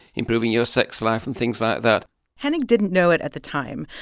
improving your sex life and things like that hennig didn't know it at the time,